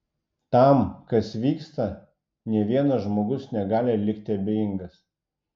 tam kas vyksta nė vienas žmogus negali likti abejingas